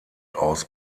aus